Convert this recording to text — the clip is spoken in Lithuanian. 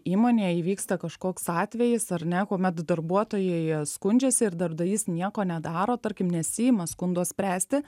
įmonėj įvyksta kažkoks atvejis ar ne kuomet darbuotojai skundžiasi ir darbdavys nieko nedaro tarkim nesiima skundo spręsti